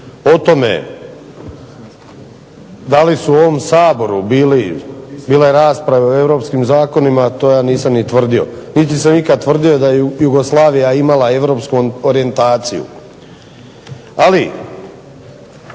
o tome da li su u ovom Saboru bile rasprave o europskim zakonima to ja nisam ni tvrdio niti sam ikad tvrdio da je Jugoslavija imala europsku orijentaciju, ali